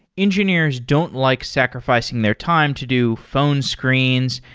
engineers don't like sacrificing their time to do phone screens,